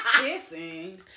Kissing